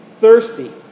thirsty